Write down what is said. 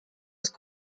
ist